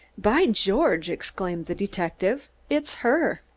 by george! exclaimed the detective. it's her!